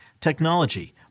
technology